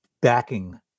backing